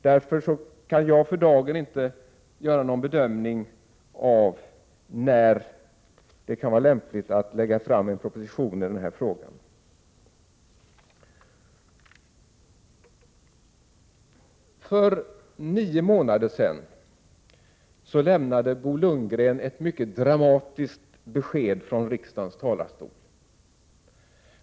Därför kan jag för dagen inte göra någon bedömning av när det kan vara lämpligt att lägga fram en proposition i den frågan. För nio månader sedan lämnade Bo Lundgren ett mycket dramatiskt besked från riksdagens talarstol.